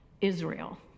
Israel